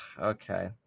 Okay